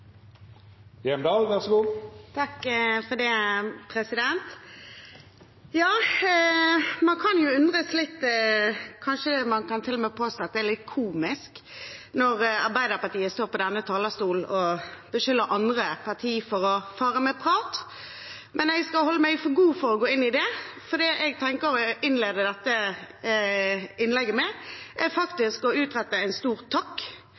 Man kan jo undre seg litt – kanskje man til og med kan påstå at det er litt komisk – når Arbeiderpartiet står på denne talerstolen og beskylder andre parti for å fare med prat. Men jeg skal holde meg for god til å gå inn i det, for det jeg tenker å innlede dette innlegget med, er å rette en stor takk